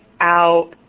out